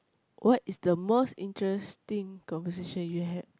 what is the most interesting conversation you had